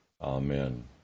Amen